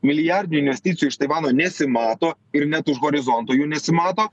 milijardinių investicijų iš taivano nesimato ir net už horizonto jų nesimato